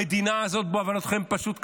המדינה הזאת בעוונותיכם פשוט קרסה,